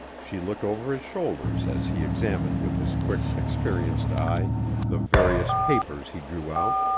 she looked over his shoulders as he examined with his quick, experienced eye the various papers he drew out,